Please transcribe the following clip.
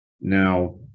Now